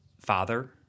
father